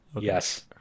Yes